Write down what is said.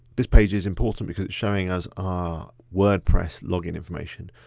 this page is important because it's showing us our wordpress login information.